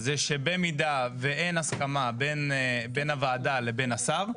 זה שבמידה ואין הסכמה בין הוועדה לבין השר,